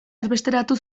erbesteratu